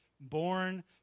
born